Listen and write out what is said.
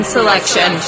Selection